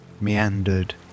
meandered